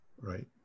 Right